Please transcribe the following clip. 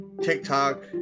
tiktok